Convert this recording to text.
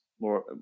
more